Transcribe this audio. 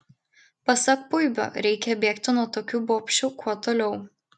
pasak puibio reikia bėgti nuo tokių bobšių kuo toliau